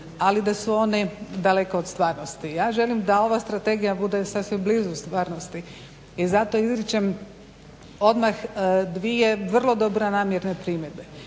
ali da su one daleko od stvarnosti. Ja želim da ova strategija bude sasvim blizu stvarnosti i zato izričem odmah dvije vrlo dobro namjerne primjedbe.